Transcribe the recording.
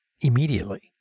immediately